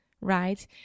right